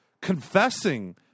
confessing